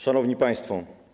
Szanowni Państwo!